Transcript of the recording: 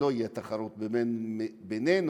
שלא תהיה תחרות בינינו